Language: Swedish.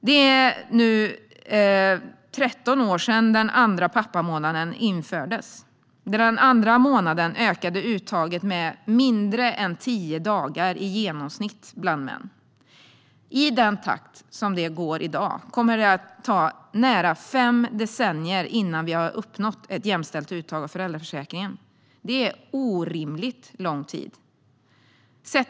Det är nu 13 år sedan den andra pappamånaden infördes. Den andra månaden har ökat uttaget med mindre än tio dagar i genomsnitt bland män. I dagens takt kommer det att ta nära fem decennier innan vi uppnår ett jämställt uttag av föräldraförsäkringen. Det är orimligt lång tid.